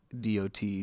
DOT